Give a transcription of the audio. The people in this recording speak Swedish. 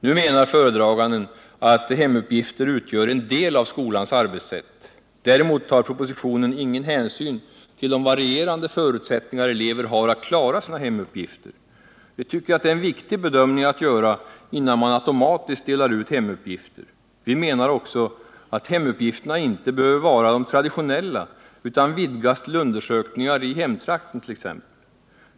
Nu menar föredraganden att hemuppgifter utgör en del av skolans arbetssätt. Däremot tar propositionen ingen hänsyn till de varierande förutsättningar elever har att klara sina hemuppgifter. Vi tycker att det är en viktig bedömning att göra, innan man automatiskt delar ut hemuppgifter. Vi menar också att hemuppgifterna inte behöver vara de traditionella utan vidgas till undersökningar, t.ex. i hemtrakten.